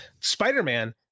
Spider-Man